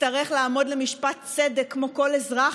יצטרך לעמוד למשפט צדק כמו כל אזרח,